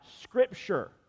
Scripture